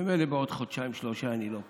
ממילא בעוד חודשיים-שלושה אני לא פה.